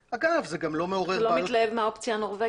אגב זה גם לא מעורר בעיות --- אתה לא מתלהב מהאופציה הנורבגית?